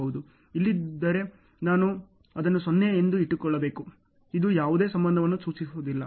ಇಲ್ಲದಿದ್ದರೆ ನಾನು ಅದನ್ನು 0 ಎಂದು ಇಟ್ಟುಕೊಳ್ಳಬೇಕು ಇದು ಯಾವುದೇ ಸಂಬಂಧವನ್ನು ಸೂಚಿಸುವುದಿಲ್ಲ